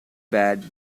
bad